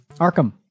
arkham